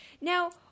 Now